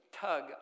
tug